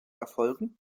erfolgen